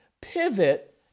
pivot